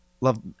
Love